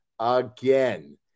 again